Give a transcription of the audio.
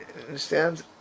understand